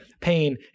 pain